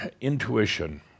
intuition